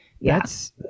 Yes